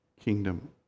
kingdom